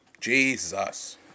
Jesus